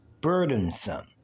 burdensome